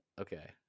Okay